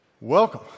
Welcome